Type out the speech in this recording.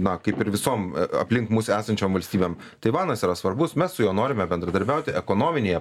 na kaip ir visom aplink mus esančiom valstybėm taivanas yra svarbus mes su juo norime bendradarbiauti ekonominėje